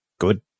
good